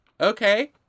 okay